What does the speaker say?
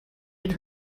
had